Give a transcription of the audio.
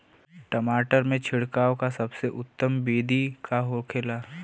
टमाटर में छिड़काव का सबसे उत्तम बिदी का होखेला?